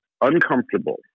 uncomfortable